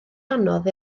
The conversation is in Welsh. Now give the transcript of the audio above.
anodd